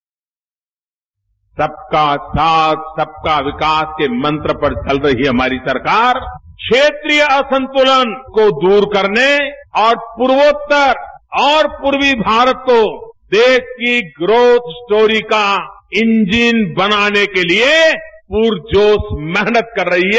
bite सबका साथ सबका विकास के मंत्र पर चल रही हमारी सरकार क्षेत्रीय असंतुलन को दूर करने और पूर्वोत्तर और पूवी भारत को देश की ग्रोथ स्टोरी का इंजन बनाने के लिए हम पुरजोश मेहनत कर रही है